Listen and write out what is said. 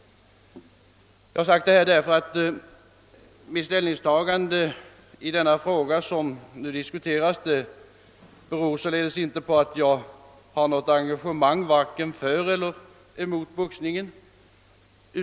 Jag har sagt detta för att visa att mitt ställningstagande i den fråga vi nu diskuterar inte beror på något engagemang vare sig för eller emot boxning.